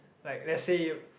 like let's say you